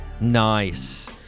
Nice